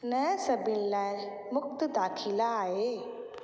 न सभिनि लाइ मुफ़्त दाख़िला आहे